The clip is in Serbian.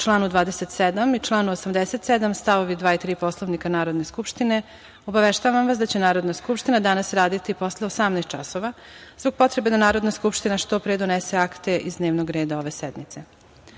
članu 27. i članu 87. stavovi 2. i 3. Poslovnika Narodne skupštine obaveštavam vas da će Narodna skupština danas raditi posle 18 časova, zbog potrebe da Narodna skupština što pre donese akte iz dnevnog reda ove sednice. Pošto